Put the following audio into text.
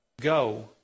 Go